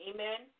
Amen